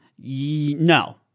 No